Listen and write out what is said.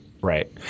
Right